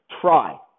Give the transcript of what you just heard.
try